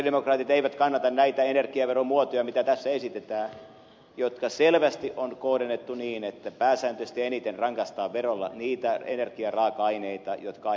sosialidemokraatit eivät kannata näitä energiaveromuotoja joita tässä esitetään jotka selvästi on kohdennettu niin että pääsääntöisesti eniten rangaistaan verolla niitä energiaraaka aineita jotka aiheuttavat päästöjä enemmän